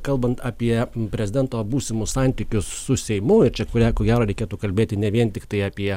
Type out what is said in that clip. kalbant apie prezidento būsimus santykius su seimu ir čia kurią ko gero reikėtų kalbėti ne vien tiktai apie